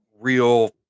real